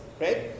right